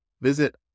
Visit